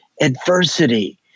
adversity